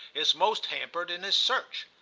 is most hampered in his search.